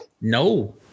No